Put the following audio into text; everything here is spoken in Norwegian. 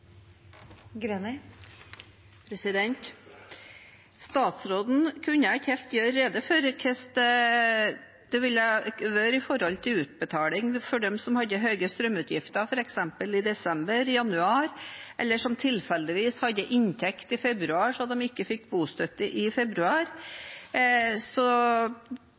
Statsråden kunne ikke helt gjøre rede for hvordan det ville være med utbetaling for dem som hadde høye strømutgifter f.eks. i desember og januar, eller som tilfeldigvis hadde inntekt i februar, så de ikke fikk bostøtte i februar.